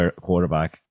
quarterback